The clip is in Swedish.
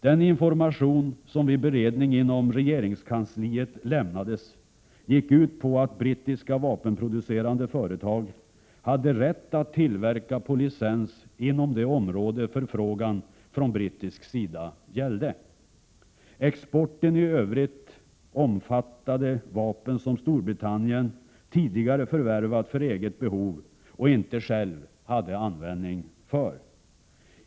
Den information som vid beredning inom regeringskansliet lämnades, gick ut på att brittiska vapenproducerande företag hade rätt att tillverka på licens inom det område förfrågan från brittisk sida gällde. Exporten i övrigt omfattade vapen som Storbritannien tidigare förvärvat för eget behov och inte själv hade användning för.